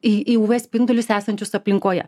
į į uv spindulius esančius aplinkoje